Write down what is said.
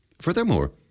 Furthermore